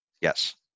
Yes